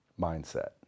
Mindset